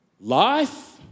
Life